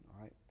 right